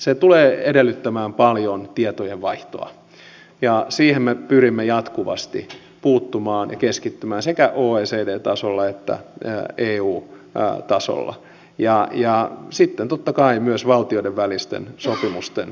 se tulee edellyttämään paljon tietojen vaihtoa ja siihen me pyrimme jatkuvasti puuttumaan ja keskittymään sekä oecdn tasolla että eu tasolla ja sitten totta kai myös valtioiden välisten sopimusten kautta